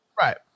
Right